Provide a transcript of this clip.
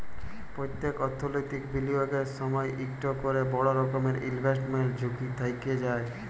প্যত্তেক অথ্থলৈতিক বিলিয়গের সময়ই ইকট ক্যরে বড় রকমের ইলভেস্টমেল্ট ঝুঁকি থ্যাইকে যায়